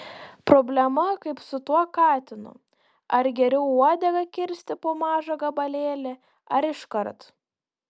problema kaip su tuo katinu ar geriau uodegą kirsti po mažą gabalėlį ar iškart